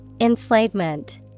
Enslavement